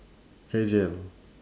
hair gel